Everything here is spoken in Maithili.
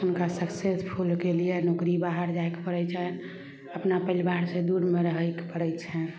हुनका सक्सेसफुलके लिए नौकरी बाहर जाइके पड़ै छैशनि अपना परिवार से दूरमे रहिके पड़ै छनि